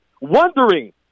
wondering